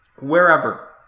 wherever